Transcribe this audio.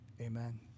amen